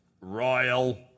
Royal